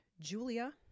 Julia